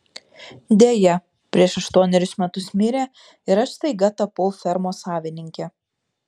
deja prieš aštuonerius metus mirė ir aš staiga tapau fermos savininke